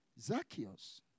Zacchaeus